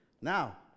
Now